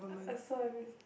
I I'm sorry if it's